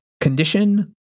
condition